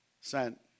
sent